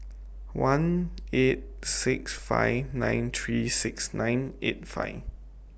one eight six five nine three six nine eight five